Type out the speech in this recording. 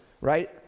right